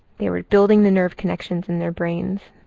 they were building the nerve connections in their brains.